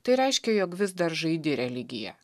tai reiškia jog vis dar žaidi religiją